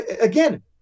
Again